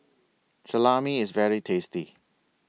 Salami IS very tasty